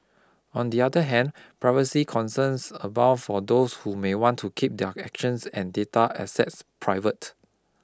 on the other hand privacy concerns abound for those who may want to keep their actions and data assets private